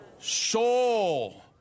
soul